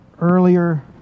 earlier